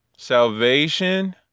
Salvation